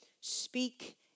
speak